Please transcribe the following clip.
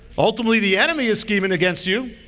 ultimately the enemy is scheming against you.